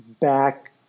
back